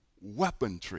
weaponry